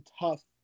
tough –